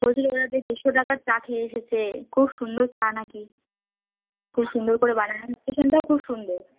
বলছিলো ওরা যে ডেড়শো টাকার চা খেয়ে এসেছে খুব সুন্দর চা না কি খুব সুন্দর করে বানায় স্টেশনটাও খুব সুন্দর